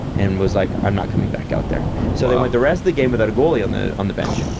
and was like, i'm not coming back out there. so they went the rest of the game without a goalie on the on the bench.